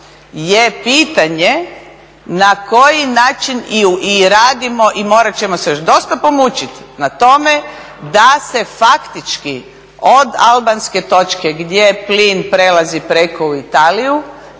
je pitanje na koji način i radimo i morati ćemo se još dosta pomučiti na tome da se faktički od albanske točke gdje plin prelazi preko u Italiju